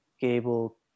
Gable